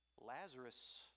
Lazarus